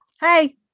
Hey